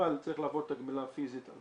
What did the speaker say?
המטופל צריך לעבור את הגמילה הפיזית.